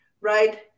right